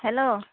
hello